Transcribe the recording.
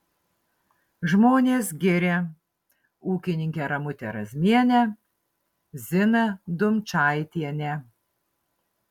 žmonės giria ūkininkę ramutę razmienę ziną dumčaitienę